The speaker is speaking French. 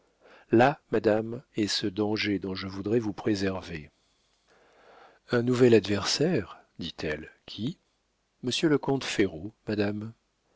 là madame est ce danger dont je voudrais vous préserver un nouvel adversaire dit-elle qui monsieur le comte ferraud madame